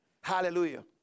Hallelujah